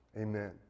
Amen